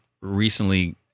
recently